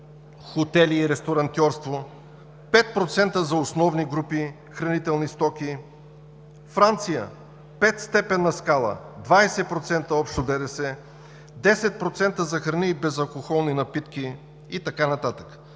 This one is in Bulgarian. хотели и ресторантьорство, 5% за основни групи хранителни стоки; Франция – петстепенна скала, 20% общо ДДС, 10% за храни и безалкохолни напитки и така